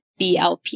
BLP